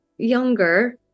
younger